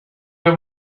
they